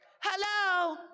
Hello